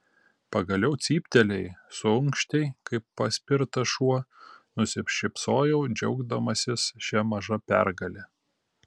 pagaliau cyptelėjai suunkštei kaip paspirtas šuo nusišypsojau džiaugdamasis šia maža pergale